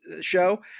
show